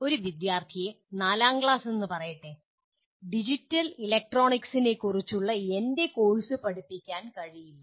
ഒരു വിദ്യാർത്ഥിയെ നാലാം ക്ലാസ് എന്ന് പറയട്ടെ ഡിജിറ്റൽ ഇലക്ട്രോണിക്സിനെക്കുറിച്ചുള്ള എൻ്റെ കോഴ്സ് പഠിപ്പിക്കാൻ കഴിയില്ല